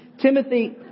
Timothy